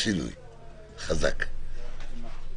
התש"ף-2020.